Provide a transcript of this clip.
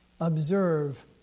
observe